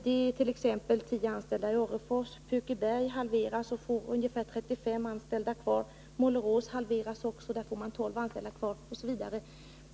Det gäller t.ex. 10 anställda i Orrefors. Pukeberg halveras och får ungefär 35 anställda kvar. Även Målerås halveras, och där blir det 12 anställda kvar.